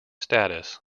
status